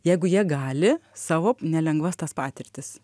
jeigu jie gali savo nelengvas tas patirtis